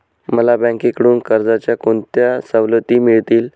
मला बँकेकडून कर्जाच्या कोणत्या सवलती मिळतील?